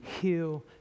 heal